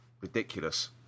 ridiculous